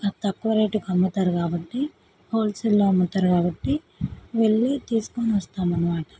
అది తక్కువ రేట్కి అమ్ముతారు కాబట్టి హోల్సేల్లో అమ్ముతారు కాబట్టి వెళ్ళి తీసుకుని వస్తాము అన్నమాట